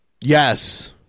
Yes